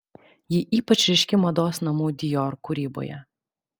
ji ypač ryški mados namų dior kūryboje